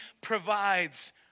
provides